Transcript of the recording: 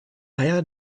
eier